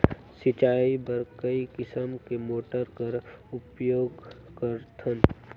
सिंचाई बर कई किसम के मोटर कर उपयोग करथन?